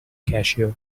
cashier